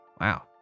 Wow